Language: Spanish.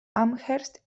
amherst